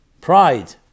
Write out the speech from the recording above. pride